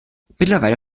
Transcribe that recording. mittlerweile